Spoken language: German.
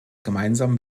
gemeinsam